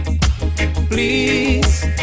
please